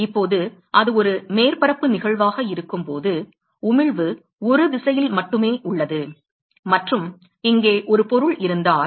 இப்போது அது ஒரு மேற்பரப்பு நிகழ்வாக இருக்கும்போது உமிழ்வு ஒரு திசையில் மட்டுமே உள்ளது மற்றும் இங்கே ஒரு பொருள் இருந்தால்